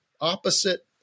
opposite